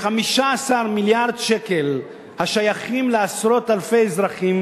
"15 מיליארד שקל השייכים לעשרות אלפי אזרחים